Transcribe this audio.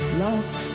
love